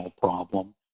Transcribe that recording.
problem